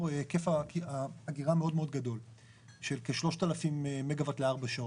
היקף אגירה מאוד גדול של כ-3,000 מגה וואט לארבע שעות.